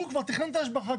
הוא כבר תכנן את ההשבחה,